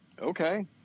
Okay